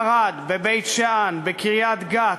בערד, בבית-שאן, בקריית-גת,